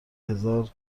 هزاربار